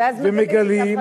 ואז מתברר שאף אחד,